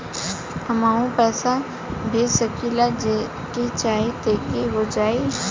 हमहू पैसा भेज सकीला जेके चाही तोके ई हो जाई?